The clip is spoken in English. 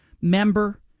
member